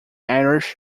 irish